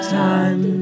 time